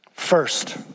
First